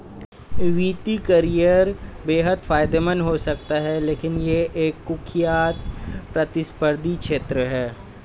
वित्तीय करियर बेहद फायदेमंद हो सकता है लेकिन यह एक कुख्यात प्रतिस्पर्धी क्षेत्र है